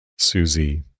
Susie